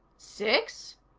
six?